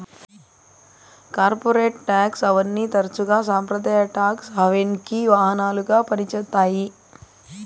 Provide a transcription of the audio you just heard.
corporate tax హావెన్ని తరచుగా సంప్రదాయ టాక్స్ హావెన్కి వాహనాలుగా పంజేత్తాయి